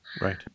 right